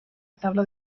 tabla